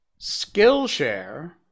Skillshare